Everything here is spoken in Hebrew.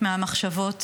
מהמחשבות